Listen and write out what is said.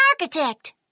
architect